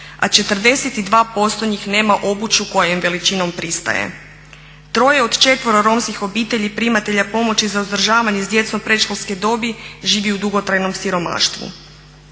a 42% njih nema obuću koja im veličinom pristaje. 3.od 4. Romskih obitelji primatelja pomoći za uzdržavanje s djecom predškolske dobi živi u dugotrajnom siromaštvu.